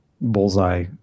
Bullseye